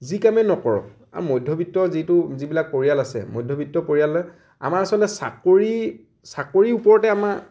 যি কামেই নকৰক আৰু মধ্য়বিত্ত যিটো যিবিলাক পৰিয়াল আছে মধ্য়বিত্ত পৰিয়ালে আমাৰ আচলতে চাকৰি চাকৰি ওপৰতে আমাৰ